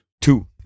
Two